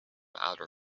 outer